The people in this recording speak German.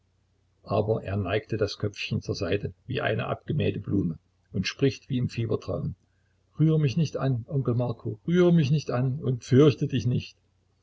aber er neigt das köpfchen zur seite wie eine abgemähte blume und spricht wie im fiebertraum rühr mich nicht an onkel marko rühr mich nicht an und fürchte dich nicht